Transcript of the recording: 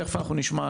תכף אנחנו נשמע,